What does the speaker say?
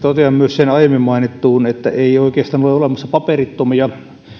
totean myös sen aiemmin mainittuun liittyen että ei oikeastaan ole olemassa paperittomia